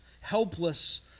helpless